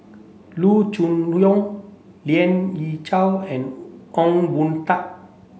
Loo Choon Yong Lien Ying Chow and Ong Boon Tat